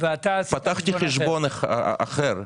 פתחתי חשבון אחר,